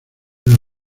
nos